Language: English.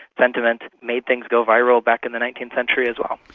sentiment made things go viral back in the nineteenth century as well.